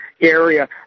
area